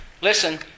listen